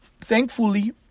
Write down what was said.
Thankfully